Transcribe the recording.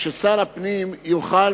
ששר הפנים יוכל,